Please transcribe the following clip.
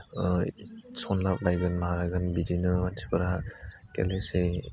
सनाब नायगोन मागोन बिदिनो मानसिफोरा गेलेनोसै